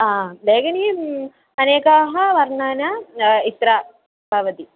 आ लेखन्यां अनेकाः वर्णाः इत्यत्र भवन्ति